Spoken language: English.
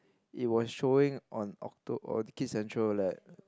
it was showing on Okto or KidsCentral leh